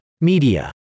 Media